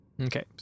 Okay